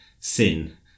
sin